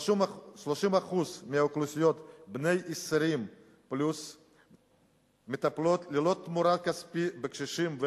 30% מאוכלוסיית בני ה-20+ מטפלת ללא תמורה כספית בקשישים,